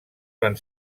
van